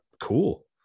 cool